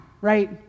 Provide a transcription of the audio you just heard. right